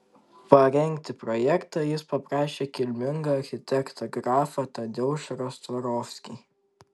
parengti projektą jis paprašė kilmingą architektą grafą tadeušą rostvorovskį